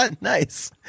nice